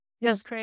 Yes